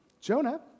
Jonah